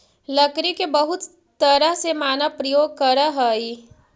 लकड़ी के बहुत तरह से मानव प्रयोग करऽ हइ